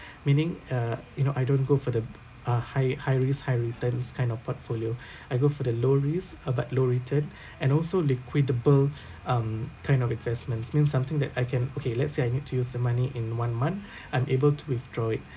meaning uh you know I don't go for the uh high high risk high returns kind of portfolio I go for the low risk uh but low return and also liquidable um kind of investments mean something that I can okay let's say I need to use the money in one month I'm able to withdraw it